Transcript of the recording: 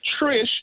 Trish